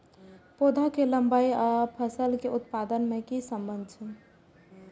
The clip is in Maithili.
पौधा के लंबाई आर फसल के उत्पादन में कि सम्बन्ध छे?